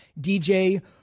DJ